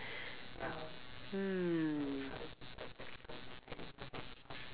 hmm